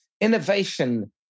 innovation